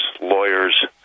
lawyers